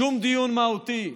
שום דיון מהותי,